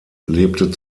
lebte